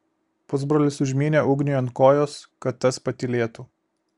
pusbrolis užmynė ugniui ant kojos kad tas patylėtų